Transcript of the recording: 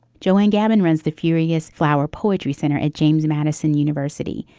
joanne gavin runs the furious flower poetry center at james madison university.